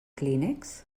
clínex